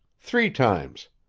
three times.